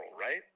right